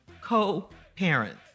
co-parents